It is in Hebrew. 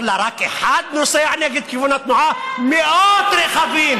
אל תיתני הוראות ליושב-ראש.